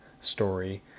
story